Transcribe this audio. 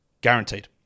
guaranteed